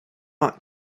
not